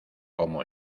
como